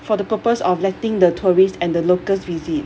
for the purpose of letting the tourist and the locals visit